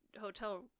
hotel